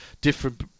different